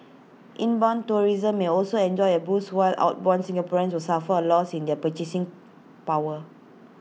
inbound tourism may also enjoy A boost while outbound Singaporeans will suffer A loss in their purchasing power